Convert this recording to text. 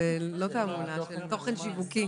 של תוכן שיווקי.